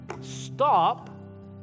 stop